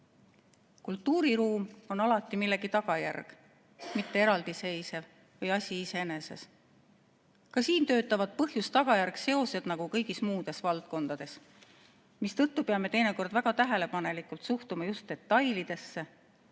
Kultuuriruum on alati millegi tagajärg, mitte eraldiseisev või asi iseeneses. Ka siin töötavad põhjuse ja tagajärje seosed nagu kõigis muudes valdkondades, mistõttu peame teinekord väga tähelepanelikult suhtuma just detailidesse,